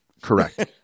Correct